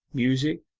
music,